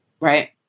right